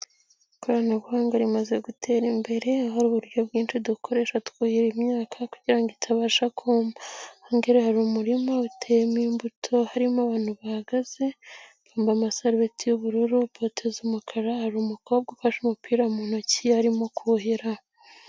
Ikoranabuhanga rimaze gutera imbere aho hari uburyo bwinshi dukoresha twuhira imyaka kugirango itabasha kuma, ahangaha rero hari umurima uteyemo imbuto harimo abantu bahagaze, bambaye amasarubeti y'ubururu ,bote zumukara hari umukobwa ufashe umupira mu ntoki arimo kuhira.